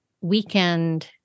weekend